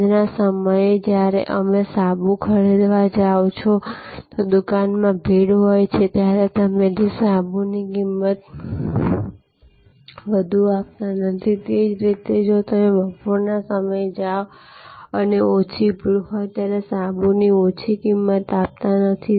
સાંજ ના સમયે જ્યારે તમે સાબુ ખરીદવા જાવ છો અને જો દુકાન માં ભીડ હોય તો ત્યારે તમે તે સાબુ ની વધુ કિમત આપતા નથી તેજ રીતે જો બપોર ના સમયે જાવ અને ઓછી ભીડ હોય ત્યારે સાબુ ની ઓછી કિમત આપતા નથી